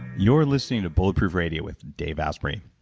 you're listening to bulletproof radio with dave asprey.